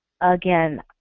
again